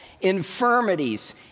infirmities